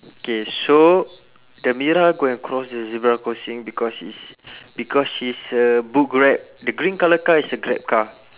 K so the mira could have crossed the zebra crossing because he's because she's uh booked grab the green colour car is a grab car